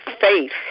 faith